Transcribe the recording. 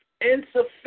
insufficient